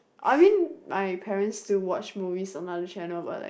I mean my parents still watch movies from other channel but like